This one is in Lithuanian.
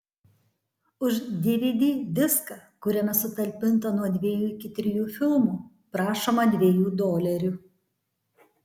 už dvd diską kuriame sutalpinta nuo dviejų iki trijų filmų prašoma dviejų dolerių